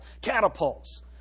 catapults